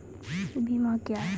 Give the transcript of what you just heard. बीमा क्या हैं?